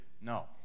No